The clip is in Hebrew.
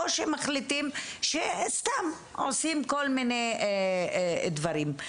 או שמחליטים שסתם עושים כל מיני דברים.